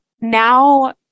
now